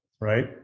right